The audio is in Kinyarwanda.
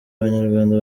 abanyarwanda